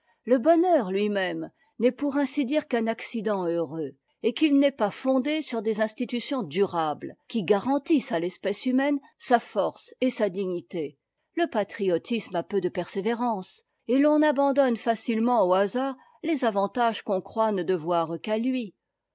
le bonheur lui-même n'est pour ainsi dire qu'un accident heureux et qu'il n'est pas fondé sur des institutions durables qui garantissent à l'espèce humaine sa force et sa dignité le patriotisme a peu de persévérance et l'on abandonne facilement au hasard les avantages qu'on croit ne devoir qu'à lui